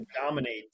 dominate